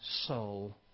soul